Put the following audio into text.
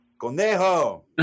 Conejo